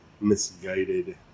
misguided